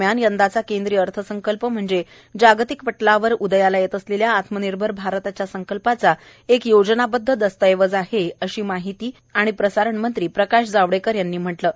दरम्यान यंदाचा केंद्रीय अर्थसंकल्प म्हणजे जागतिक पटलावर उदयाला येत असलेल्या आत्मनिर्भर भारताच्या संकल्पाचा एक योजनाबद्ध दस्तऐवज आहे असं माहिती आणि प्रसारण मंत्री प्रकाश जावडेकर यांनी म्हटलं आहे